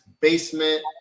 basement